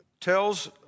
tells